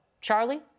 Charlie